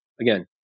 again